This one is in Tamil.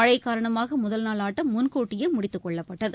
மழ காரணமாக முதல் நாள் ஆட்டம் முன்கூட்டியே முடித்துக்கொள்ளப்பட்டது